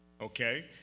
Okay